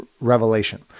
revelation